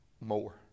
more